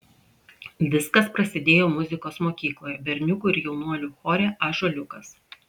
viskas prasidėjo muzikos mokykloje berniukų ir jaunuolių chore ąžuoliukas